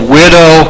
widow